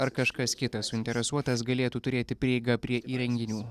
ar kažkas kitas suinteresuotas galėtų turėti prieigą prie įrenginių